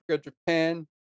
Japan